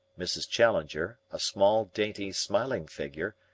mrs. challenger, a small, dainty, smiling figure,